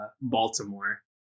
Baltimore